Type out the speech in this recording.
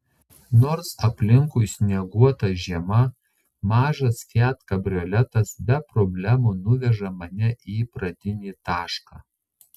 nors aplinkui snieguota žiema mažas fiat kabrioletas be problemų nuveža mane į pradinį tašką